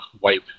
wipe